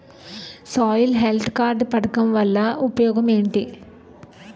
Soil health card పథకం వల్ల ఉపయోగం ఏంటి?